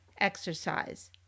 exercise